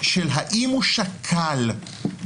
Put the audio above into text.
השאלה האם הוא שקל